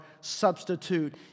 substitute